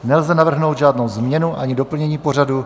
Nelze navrhnout žádnou změnu ani doplnění pořadu.